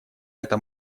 эта